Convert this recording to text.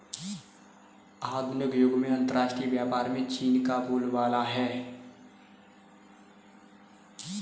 आधुनिक युग में अंतरराष्ट्रीय व्यापार में चीन का बोलबाला है